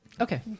Okay